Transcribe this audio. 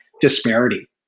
disparity